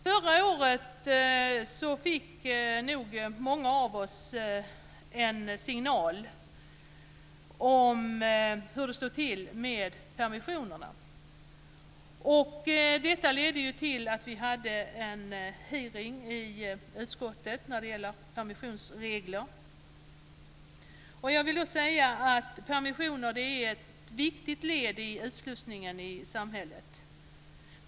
Förra året fick många av oss en signal om hur det stod till med permissionerna. Detta ledde till att utskottet anordnade en hearing om permissionsregler. Permissioner är ett viktigt led för utslussningen i samhället.